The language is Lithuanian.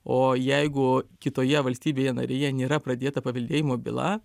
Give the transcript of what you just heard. o jeigu kitoje valstybėje narėje nėra pradėta paveldėjimo byla